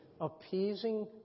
appeasing